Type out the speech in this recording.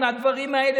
אם הדברים האלה,